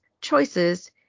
choices